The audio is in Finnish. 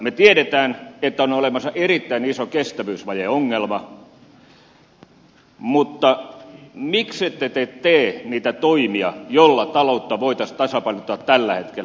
me tiedämme että on olemassa erittäin iso kestävyysvajeongelma mutta miksette te tee niitä toimia joilla taloutta voitaisiin tasapainottaa tällä hetkellä